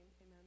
Amen